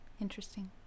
interesting